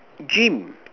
dream